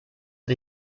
sie